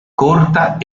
corta